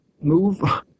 move